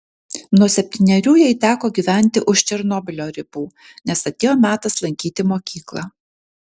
nuo septynerių jai teko gyventi už černobylio ribų nes atėjo metas lankyti mokyklą